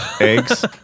Eggs